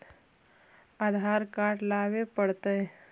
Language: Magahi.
आधार कार्ड लाबे पड़तै?